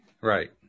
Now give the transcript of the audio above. right